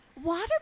Water